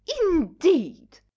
indeed